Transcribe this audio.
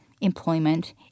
employment